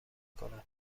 کند